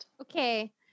Okay